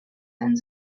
and